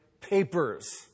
Papers